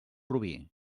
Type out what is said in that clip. rubí